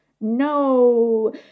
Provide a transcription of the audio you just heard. no